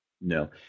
no